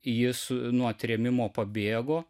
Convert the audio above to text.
jis nuo trėmimo pabėgo